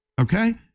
okay